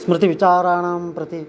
स्मृतिविचाराणां प्रति